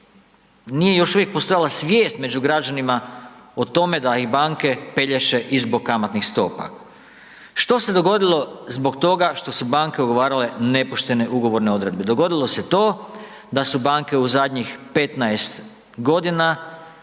nije još uvijek postojala svijest među građanima o tome da ih banke pelješe i zbog kamatnih stopa. Što se dogodilo zbog toga što su banke ugovarale nepoštene ugovorne odredbe? Dogodilo se to da su banke u zadnjih 15 godina